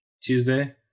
tuesday